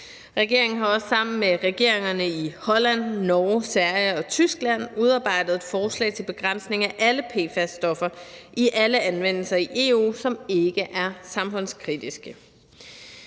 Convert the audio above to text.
Regeringen har også sammen med regeringerne i Holland, Norge, Sverige og Tyskland udarbejdet et forslag til begrænsning af alle PFAS-stoffer, som ikke er samfundskritiske,